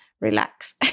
relax